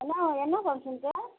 என்ன என்ன ஃபங்க்ஷனுக்கு